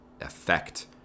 effect